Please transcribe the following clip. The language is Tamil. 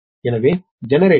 எனவே ஜெனரேட்டர் உண்மையில் 13